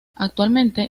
actualmente